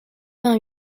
vingt